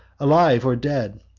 alive or dead,